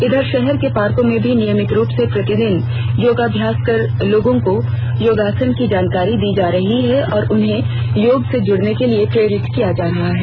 इधर शहर के पार्को में भी नियमित रूप से प्रतिदिन योगाभ्यास कर लोगों को योगासन की जानकारी दी जा रही है और उन्हें योग से जुड़ने के लिए प्रेरित किया जा रहा है